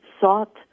sought